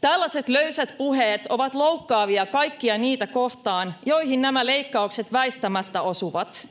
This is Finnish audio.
Tällaiset löysät puheet ovat loukkaavia kaikkia niitä kohtaan, joihin nämä leikkaukset väistämättä osuvat.